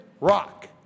rock